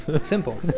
Simple